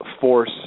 force